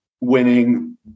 winning